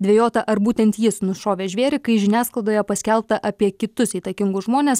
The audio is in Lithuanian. dvejota ar būtent jis nušovė žvėrį kai žiniasklaidoje paskelbta apie kitus įtakingus žmones